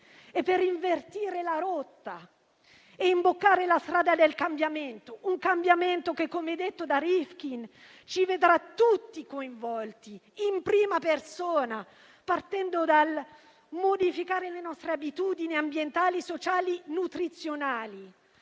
è per invertire la rotta e imboccare la strada del cambiamento; un cambiamento che, come detto da Rifkin, ci vedrà tutti coinvolti in prima persona, partendo dal modificare le nostre abitudini ambientali, sociali e nutrizionali.